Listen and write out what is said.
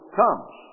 comes